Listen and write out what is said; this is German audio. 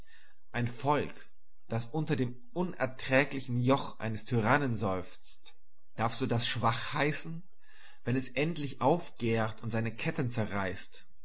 ein volk das unter dem unerträglichen joch eines tyrannen seufzt darfst du das schwach heißen wenn es endlich aufgärt und seine ketten zerreißt